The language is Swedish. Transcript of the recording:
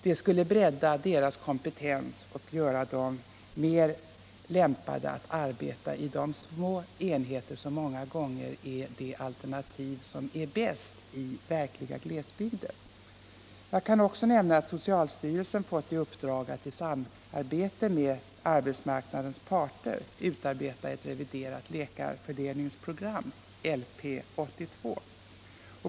Det skulle bredda allmänläkarnas kompetens och göra dem mer lämpade att arbeta i de små enheter som många gånger är det bästa alternativet i verkliga glesbygder. Jag kan också nämna att socialstyrelsen fått i uppdrag att i samarbete med arbetsmarknadens parter utarbeta ett reviderat läkarfördelningsprogram, LP 82.